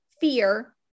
fear